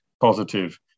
positive